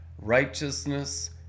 righteousness